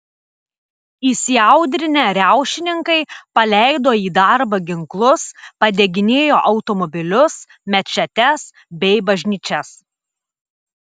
įsiaudrinę riaušininkai paleido į darbą ginklus padeginėjo automobilius mečetes bei bažnyčias